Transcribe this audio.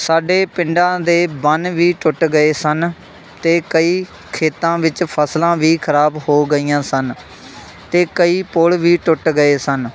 ਸਾਡੇ ਪਿੰਡਾਂ ਦੇ ਬੰਨ੍ਹ ਵੀ ਟੁੱਟ ਗਏ ਸਨ ਅਤੇ ਕਈ ਖੇਤਾਂ ਵਿੱਚ ਫ਼ਸਲਾਂ ਵੀ ਖ਼ਰਾਬ ਹੋ ਗਈਆਂ ਸਨ ਅਤੇ ਕਈ ਪੁਲ ਵੀ ਟੁੱਟ ਗਏ ਸਨ